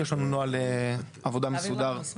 יש לנו נוהל עבודה מסודר בהמשך הזה.